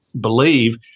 believe